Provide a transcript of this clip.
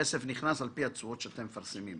וכסף נכנס על פי התשואות שאתם מפרסמים.